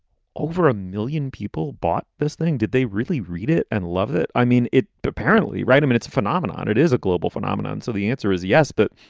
over a million people bought this thing. did they really read it and loved it? i mean it, apparently, right? i mean, it's a phenomenon. it is a global phenomenon. so the answer is yes. but,